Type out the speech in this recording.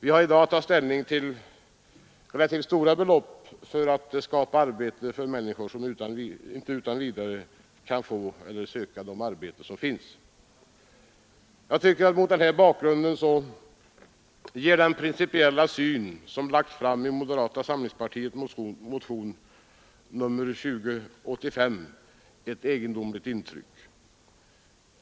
Vi har i dag att ta ställning till relativt stora belopp för att skapa arbete för människor som inte utan vidare kan få eller söka de arbeten som finns. Mot denna bakgrund ger den principiella syn som förs fram i moderata samlingspartiets motion 2085 ett egendomligt intryck.